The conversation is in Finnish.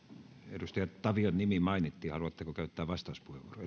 edustaja tavion nimi mainittiin haluatteko käyttää vastauspuheenvuoron